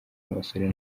abasore